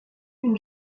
une